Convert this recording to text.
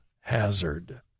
hazard